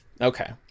okay